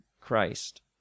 Christ